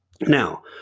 Now